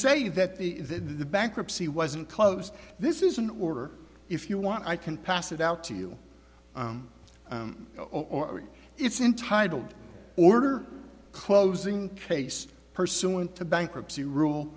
say that the the bankruptcy wasn't closed this is an order if you want i can pass it out to you or it's in title order closing case pursuant to bankruptcy rule